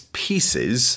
pieces